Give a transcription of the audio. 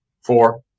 Four